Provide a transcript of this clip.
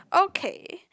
okay